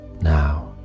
now